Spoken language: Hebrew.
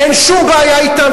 אין שום בעיה אתם,